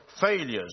failures